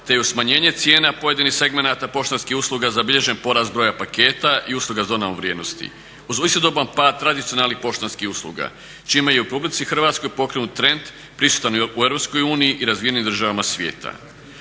te uz smanjenje cijena pojedinih segmenata poštanskih usluga zabilježen je porast broja paketa i usluga s … vrijednosti uz istodoban pad tradicionalnih poštanskih usluga, čime je u RH pokrenut trend prisutan u EU i u razvijenim državama svijeta.